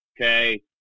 okay